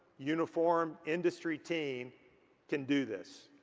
uniform industry team can do this.